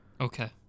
Okay